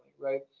right